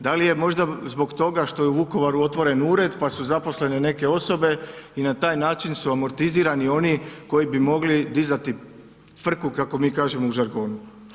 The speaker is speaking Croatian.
Da li je možda zbog toga što je u Vukovaru otvoren ured pa su zaposlene neke osobe i na taj način su amortizirani oni koji bi mogli dizati frku, kako mi kažemo u žargonu?